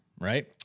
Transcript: right